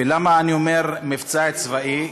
ולמה אני אומר "מבצע צבאי",